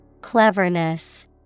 Cleverness